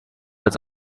als